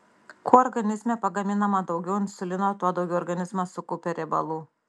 kuo organizme pagaminama daugiau insulino tuo daugiau organizmas sukaupia riebalų